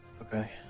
Okay